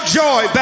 joy